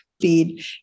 feed